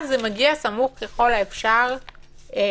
אז זה מגיע סמוך ככל האפשר לכנסת.